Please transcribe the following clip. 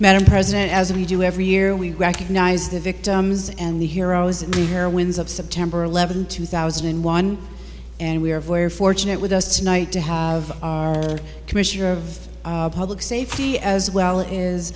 madam president as we do every year we recognize the victims and the heroes and heroines of september eleventh two thousand and one and we are very fortunate with us tonight to have our commissioner of public safety as well